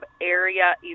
area